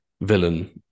villain